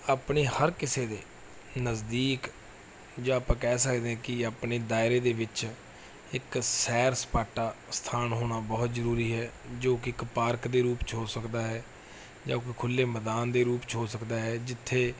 ਆਪਣੇ ਹਰ ਕਿਸੇ ਦੇ ਨਜ਼ਦੀਕ ਜਾਂ ਆਪਾਂ ਕਹਿ ਸਕਦੇ ਕਿ ਆਪਣੇ ਦਾਇਰੇ ਦੇ ਵਿੱਚ ਇੱਕ ਸੈਰ ਸਪਾਟਾ ਸਥਾਨ ਹੋਣਾ ਬਹੁਤ ਜ਼ਰੂਰੀ ਹੈ ਜੋ ਕਿ ਇੱਕ ਪਾਰਕ ਦੇ ਰੂਪ 'ਚ ਹੋ ਸਕਦਾ ਹੈ ਜਾਂ ਕੋਈ ਖੁੱਲ੍ਹੇ ਮੈਦਾਨ ਦੇ ਰੂਪ 'ਚ ਹੋ ਸਕਦਾ ਹੈ ਜਿੱਥੇ